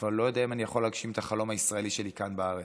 כבר לא יודע אם אני יכול להגשים את החלום הישראלי שלי כאן בארץ.